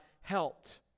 helped